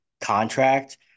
contract